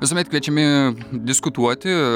visuomet kviečiami diskutuoti